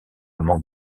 manque